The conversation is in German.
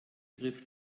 griff